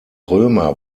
römer